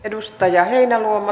edustaja heinäluoma